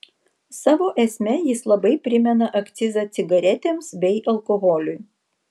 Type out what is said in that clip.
savo esme jis labai primena akcizą cigaretėms bei alkoholiui